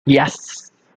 yes